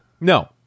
No